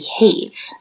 behave